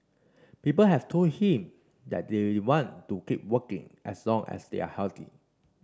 people have told him that they want to keep working as long as they are healthy